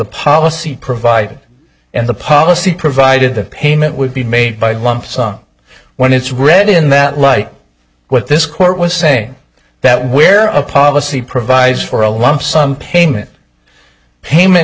policy provided and the policy provided the payment would be made by a lump sum when it's read in that light with this court was saying that we're a policy provides for a lump sum payment payment